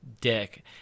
dick